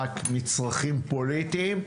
רק מצרכים פוליטיים,